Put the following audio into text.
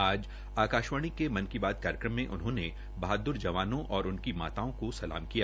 आज आकाशवाणी के मन की बात कार्यक्रम में उन्होंने बहाद्र जवानों और उनकी माताओं को सलाम किया ै